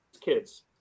kids